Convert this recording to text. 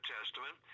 Testament